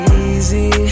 easy